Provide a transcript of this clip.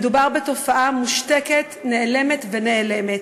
מדובר בתופעה מושתקת, נאלמת ונעלמת.